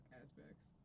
aspects